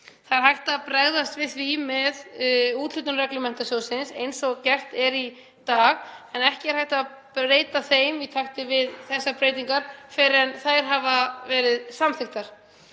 Það er hægt að bregðast við því með úthlutunarreglum sjóðsins eins og gert er í dag en ekki er hægt að breyta þeim í takti við þessar breytingar fyrr en þær hafa verið samþykktar.